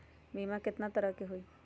बीमा केतना तरह के होइ?